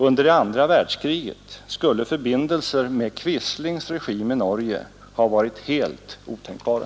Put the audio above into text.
Under andra världskriget skulle förbindelser med Quislings regim i Norge ha varit helt otänkbara.